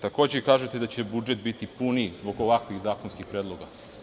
Takođe kažete da će budžet biti puniji zbog ovakvih zakonskih predloga.